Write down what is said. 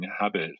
habit